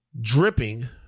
dripping